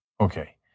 Okay